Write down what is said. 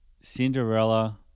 Cinderella